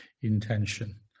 intention